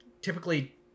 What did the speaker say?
typically